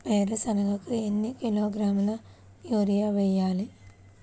వేరుశనగకు ఎన్ని కిలోగ్రాముల యూరియా వేయాలి?